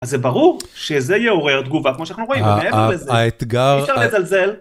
אז זה ברור שזה יעורר תגובה כמו שאנחנו רואים. האתגר, אי אפשר לזלזל.